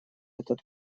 этот